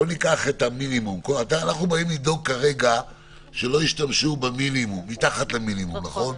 אנחנו באים לדאוג שלא יקבעו מתחת למינימום, נכון?